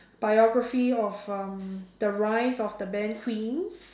biography of um the rise of the band Queens